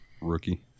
Rookie